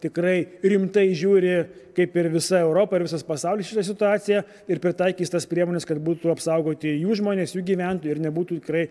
tikrai rimtai žiūri kaip ir visa europa ir visas pasaulis šitą situaciją ir pritaikys tas priemones kad būtų apsaugoti jų žmonės jų gyventojai ir nebūtų tikrai